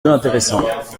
intéressants